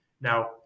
now